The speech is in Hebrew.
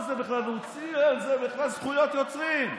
זה בכלל זכויות יוצרים.